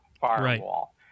firewall